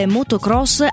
Motocross